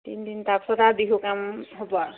তিনিদিন তাৰ পিছত বিহু কাম হ'ব আৰু